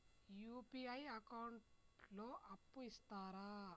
UPI account లో అప్పు ఇస్తరా?